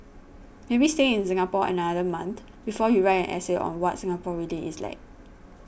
maybe stay in Singapore another month before you write an essay on what Singapore really is like